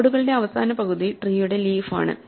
നോഡുകളുടെ അവസാന പകുതി ട്രീയുടെ ലീഫ് ആണ്